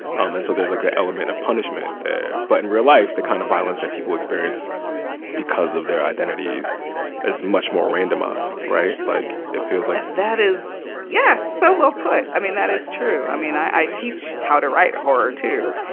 um and so there's like an element of punishment there. but in real life, the kind of violence that people experience because of their identities is much more randomized, right? like, it feels like. that is yes so well put. i mean, that is true. i mean, i teach how to write horror too.